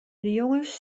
jonges